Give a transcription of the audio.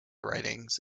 writings